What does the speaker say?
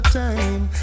time